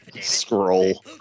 Scroll